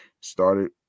started